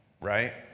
right